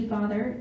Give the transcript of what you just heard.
Father